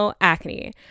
acne